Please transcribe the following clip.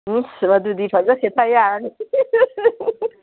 ꯑꯁ ꯑꯗꯨꯗꯤ ꯐꯖꯅ ꯁꯦꯠꯊ ꯌꯥꯔꯅꯤ